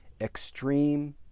extreme